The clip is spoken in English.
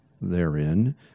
therein